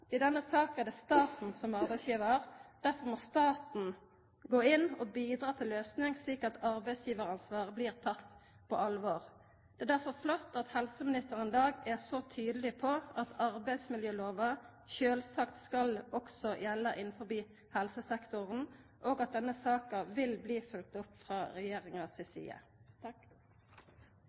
I denne saka er det staten som er arbeidsgivar, derfor må staten gå inn og bidra til ei løysing, slik at arbeidsgivaransvaret blir teke på alvor. Det er derfor flott at helseministeren i dag er så tydeleg på at arbeidsmiljølova sjølvsagt også skal gjelda innanfor helsesektoren, og at denne saka vil bli følgd opp frå regjeringa si side.